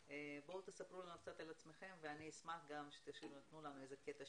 בואו ספרו לנו קצת על עצמכם ואני גם אשמח אם תתנו לנו קטע שירה.